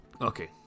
Okay